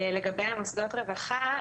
לגבי מוסדות הרווחה,